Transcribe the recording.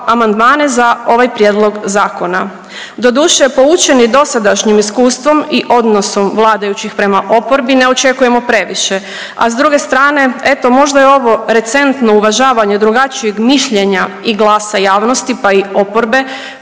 amandmane za ovaj Prijedlog zakona. Doduše, poučeni dosadašnjim iskustvom i odnosom vladajućih prema oporbi ne očekujemo previše, a s druge strane, eto, možda je ovo recentno uvažavanje drugačijeg mišljenja i glasa javnosti, pa i oporbe